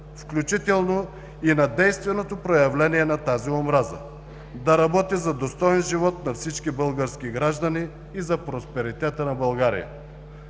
включително и на действеното проявление на тази омраза, да работи за достоен живот на всички български граждани и за просперитета на България.